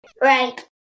Right